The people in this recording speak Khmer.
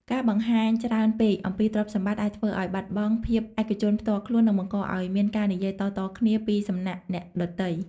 ការបង្ហាញច្រើនពេកអំពីទ្រព្យសម្បត្តិអាចធ្វើឱ្យបាត់បង់ភាពឯកជនផ្ទាល់ខ្លួន និងបង្កឱ្យមានការនិយាយតៗគ្នាពីសំណាក់អ្នកដទៃ។